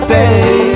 day